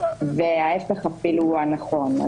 ההפך אפילו הוא הנכון.